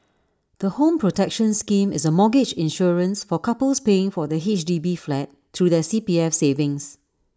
the home protection scheme is A mortgage insurance for couples paying for their H D B flat through their C P F savings